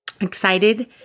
excited